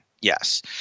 Yes